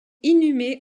inhumé